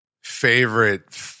favorite